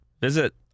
Visit